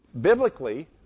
Biblically